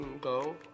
go